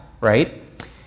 right